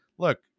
look